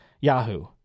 Yahoo